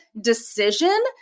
decision